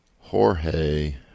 Jorge